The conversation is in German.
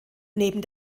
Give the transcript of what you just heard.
neben